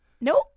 Nope